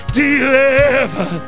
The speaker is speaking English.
deliver